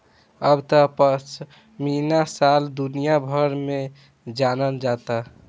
अब त पश्मीना शाल दुनिया भर में जानल जाता